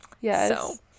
Yes